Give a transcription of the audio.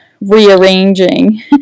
rearranging